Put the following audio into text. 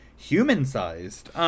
Human-sized